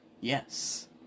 Yes